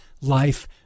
life